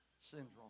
syndrome